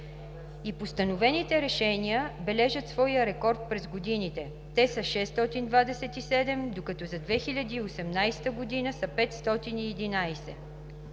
И постановените решения бележат своя рекорд през годините – те са 627, докато за 2018 г. са 511.